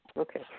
Okay